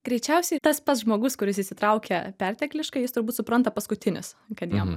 greičiausiai tas pats žmogus kuris įsitraukia pertekliškai jis turbūt supranta paskutinis kad jam